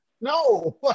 No